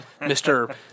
Mr